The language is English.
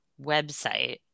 website